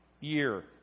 year